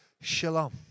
shalom